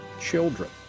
children